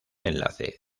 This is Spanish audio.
enlace